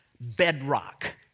bedrock